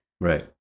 right